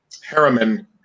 Harriman